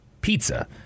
Pizza